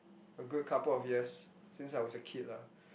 a good couple of years since I was a kid lah